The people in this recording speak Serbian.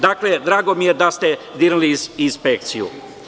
Drago mi je da ste dirali inspekciju.